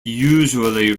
usually